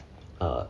uh